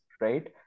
right